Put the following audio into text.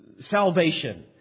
salvation